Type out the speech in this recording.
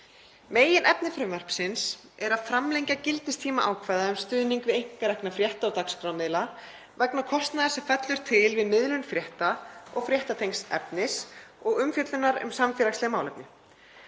Meginefni frumvarpsins er að framlengja gildistíma ákvæða um stuðning við einkarekna frétta- og dagskrármiðla vegna kostnaðar sem fellur til við miðlun frétta og fréttatengds efnis og umfjöllunar um samfélagsleg málefni.